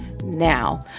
now